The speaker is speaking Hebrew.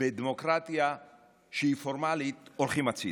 בדמוקרטיה שהיא פורמלית הולכים הצידה.